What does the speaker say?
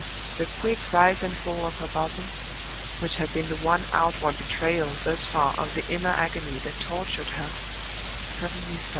the quick rise and fall of her bosom which had been the one outward betrayal thus far of the inner agony that tortured her suddenly stopped.